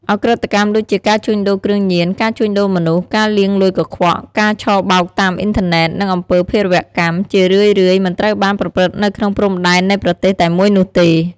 ឧក្រិដ្ឋកម្មដូចជាការជួញដូរគ្រឿងញៀន ការជួញដូរមនុស្ស ការលាងលុយកខ្វក់ ការឆបោកតាមអ៊ីនធឺណិត និងអំពើភេរវកម្ម ជារឿយៗមិនត្រូវបានប្រព្រឹត្តនៅក្នុងព្រំដែននៃប្រទេសតែមួយនោះទេ។